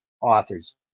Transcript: authors